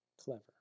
clever